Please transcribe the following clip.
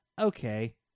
okay